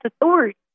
authority